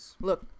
look